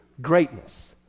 greatness